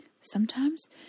Sometimes